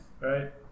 right